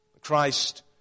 Christ